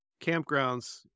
campgrounds